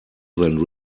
than